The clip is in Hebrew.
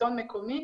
שלטון מקומי.